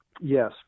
Yes